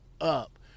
up